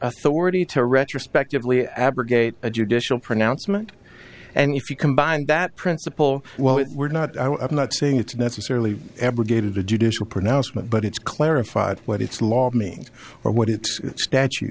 authority to retrospectively abrogate a judicial pronouncement and if you combine that principle well we're not i'm not saying it's necessarily abrogated the judicial pronouncement but it's clarified what its laws mean or what it statu